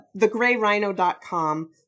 thegrayrhino.com